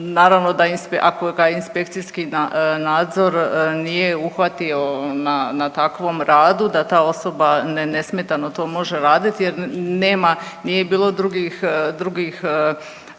naravno da ako ga inspekcijski nadzor nije uhvatio na takvom radu da ta osoba nesmetano to može radit jer nema nije bilo drugih